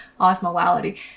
Osmolality